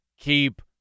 keep